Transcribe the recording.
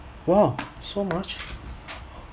!wow! so much